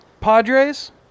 Padres